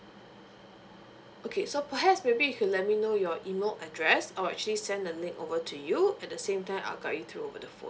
okay so perhaps maybe you can let me know your email address I will actually send the link over to you at the same time I'll guide you through over the phone